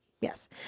yes